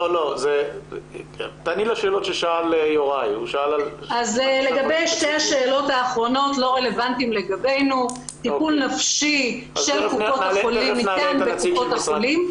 יש לנו 62 מרכזים ויחידות טיפול מרמת הגולן ועד אילת.